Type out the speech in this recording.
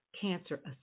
Cancer